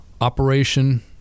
operation